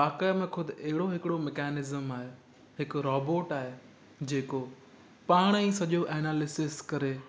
वाक़ई में ख़ुदि अहिड़ो हिकु मिकेनिज़म आहे हिकु रॉबॉट आहे जेको पाण ई सॼो एनालिसिस करे